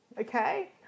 okay